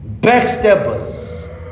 Backstabbers